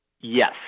Yes